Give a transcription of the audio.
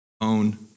own